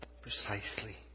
precisely